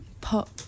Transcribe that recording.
pop